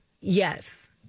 Yes